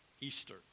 Easter